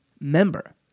member